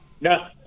no